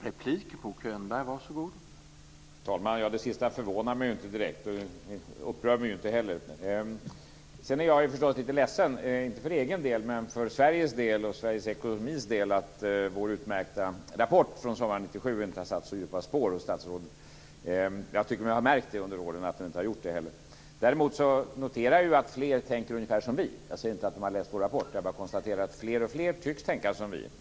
Herr talman! Det sista förvånar mig inte direkt och upprör mig inte heller. Jag är förstås lite ledsen, inte för egen del men för Sveriges del och för Sveriges ekonomis del att vår utmärkta rapport från sommaren 1997 inte har satt så djupa spår hos statsrådet. Jag tycker mig ha märkt under åren att det inte gjort det. Däremot noterar jag att fler tänker ungefär som vi. Jag säger inte att de har läst vår rapport, utan jag bara konstaterar att fler och fler tycks tänka som vi.